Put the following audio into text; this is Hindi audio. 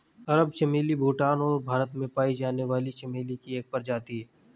अरब चमेली भूटान और भारत में पाई जाने वाली चमेली की एक प्रजाति है